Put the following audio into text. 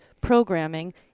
programming